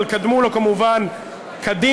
אבל קדמו לו כמובן קדימה,